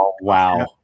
Wow